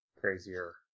Crazier